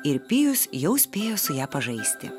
ir pijus jau spėjo su ja pažaisti